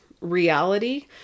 reality